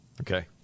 Okay